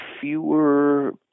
fewer